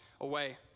away